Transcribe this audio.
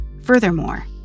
Furthermore